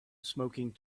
smoking